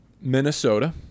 Minnesota